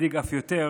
מדאיג אף יותר: